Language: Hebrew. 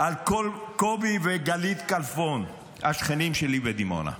על קובי וגלית כלפון, השכנים שלי בדימונה.